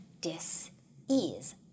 dis-ease